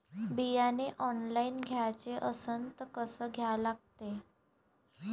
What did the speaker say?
बियाने ऑनलाइन घ्याचे असन त कसं घ्या लागते?